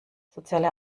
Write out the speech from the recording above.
soziale